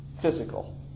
physical